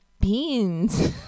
beans